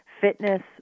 fitness